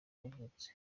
yavutse